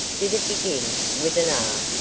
did it begin with an r?